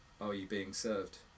are-you-being-served